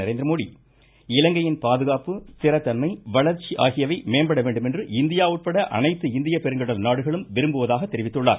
நரேந்திரமோடி இலங்கையின் பாதுகாப்பு ஸ்திர தன்மை வளர்ச்சி ஆகியவை மேம்பட வேண்டும் என்று இந்தியா உட்பட அனைத்து இந்திய பெருங்கடல் நாடுகளும் விரும்புவதாக தெரிவித்துள்ளார்